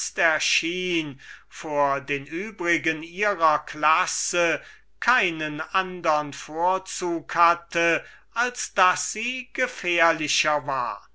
vor den übrigen ihrer klasse keinen andern vorzug hatte als daß sie gefährlicher war